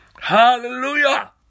Hallelujah